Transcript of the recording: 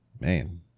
man